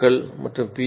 க்கள் மற்றும் பி